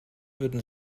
würden